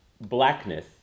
blackness